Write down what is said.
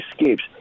escapes